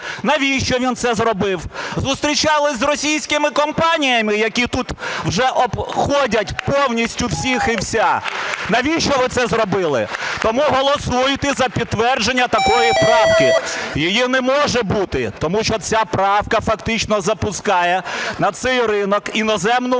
Навіщо він це зробив? Зустрічалися з російськими компаніями, які тут вже обходять повністю всіх і вся. Навіщо ви це зробили? Тому голосуйте за підтвердження такої правки. Її не може бути, тому що ця правка фактично запускає на цей ринок іноземну мафію,